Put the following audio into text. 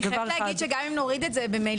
אני חייבת להגיד שגם אם נוריד את זה זה מופיע,